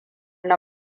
na